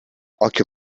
occhio